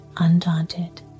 undaunted